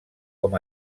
com